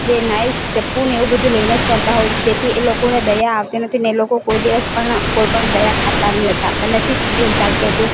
જે નાઇફ ચપ્પુને એવું બધુ લઈને જ ફરતા હોય છે જેથી એ લોકોને દયા આવતી નથી ને એ લોકો કોઈ દિવસ પણ કોઈપણ દયા ખાતા નહીં હતા પહેલેથી જ એવું ચાલતું હતું